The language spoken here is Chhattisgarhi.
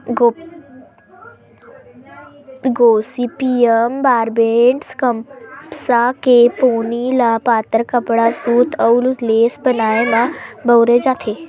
गोसिपीयम बारबेडॅन्स कपसा के पोनी ल पातर कपड़ा, सूत अउ लेस बनाए म बउरे जाथे